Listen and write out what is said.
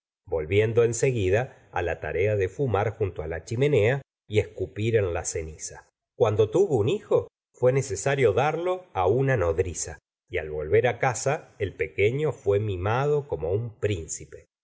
volviendo en seguida la tarea de fumar junto la chimenea y escupir en la ceniza cuando tuvo un hijo fué necesario darlo una nodriza y al volver casa el pequeño fué mimado como un príncipe